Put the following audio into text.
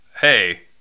hey